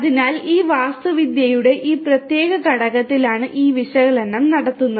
അതിനാൽ ഈ വാസ്തുവിദ്യയുടെ ഈ പ്രത്യേക ഘടകത്തിലാണ് ഈ വിശകലനം നടത്തുന്നത്